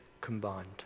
combined